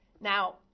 Now